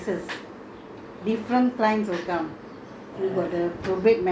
actually yours is routine right my work is hor got different cases